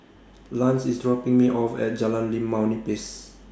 Lance IS dropping Me off At Jalan Limau Nipis